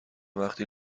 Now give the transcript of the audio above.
وقی